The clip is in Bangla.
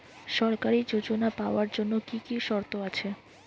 সরকারী যোজনা পাওয়ার জন্য কি কি শর্ত আছে?